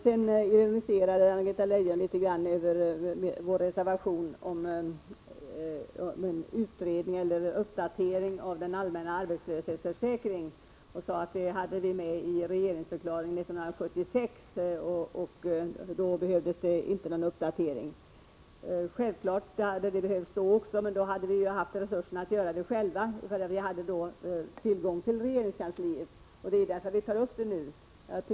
Anna-Greta Leijon ironiserade litet över vår reservation om en uppdatering av den tidigare utredningen om en allmän arbetslöshetsförsäkring. Hon sade att vi hade detta med i vår regeringsförklaring 1976. Men då behövdes inte någon utredning. Självklart hade en utredning behövts också då, men vid den tidpunkten hade vi resurser att göra det själva. Vi hade ju tillgång till regeringskansliet.